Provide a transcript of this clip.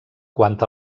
quant